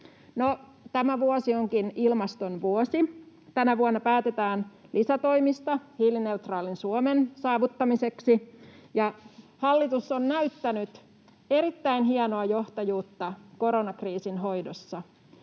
tämä vuosi onkin ilmaston vuosi. Tänä vuonna päätetään lisätoimista hiilineutraalin Suomen saavuttamiseksi. Hallitus on näyttänyt erittäin hienoa johtajuutta koronakriisin hoidossa.